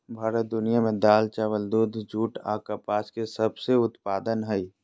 भारत दुनिया में दाल, चावल, दूध, जूट आ कपास के सबसे उत्पादन हइ